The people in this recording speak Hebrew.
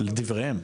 לדבריהם.